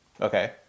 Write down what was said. Okay